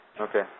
okay